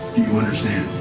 you understand?